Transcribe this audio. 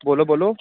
ਬੋਲੋ ਬੋਲੋ